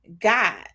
God